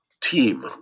team